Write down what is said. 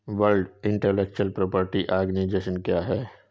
World intellectual property organization क्या है?